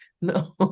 no